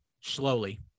slowly